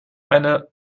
eine